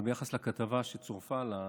אבל ביחס לכתבה שצורפה לשאילתה,